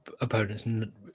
opponents